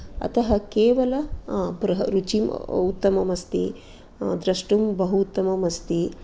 अतः केवलं रुचिं उत्तमम् अस्ति द्रष्टुं बहु उत्तमम् अस्ति